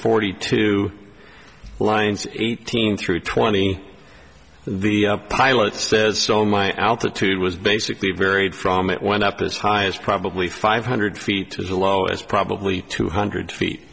forty two lines eighteen through twenty the pilot says so my altitude was basically varied from it went up as high as probably five hundred feet to the lowest probably two hundred feet